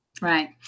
Right